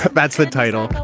but that's the title.